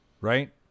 right